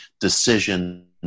decision